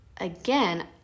again